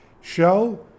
shell